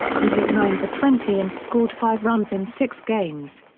he hit nine for twenty and scored five runs in six games.